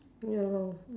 ya lor